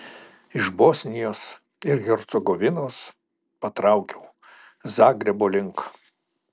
iš bosnijos ir hercegovinos patraukiau zagrebo link